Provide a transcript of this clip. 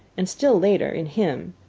and still later, in him,